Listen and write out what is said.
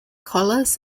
collars